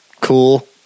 cool